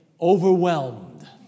overwhelmed